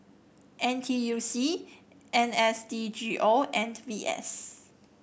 N T U C N S D G O and V S